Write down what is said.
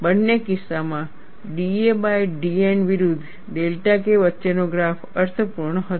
બંને કિસ્સાઓમાં da by dN વિરુદ્ધ ડેલ્ટા K વચ્ચેનો ગ્રાફ અર્થપૂર્ણ હતો